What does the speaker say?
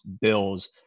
Bills